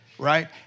Right